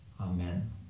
Amen